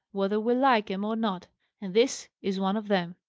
whether we like em or not and this is one of them.